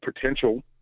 potential